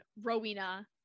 Rowena